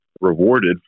rewarded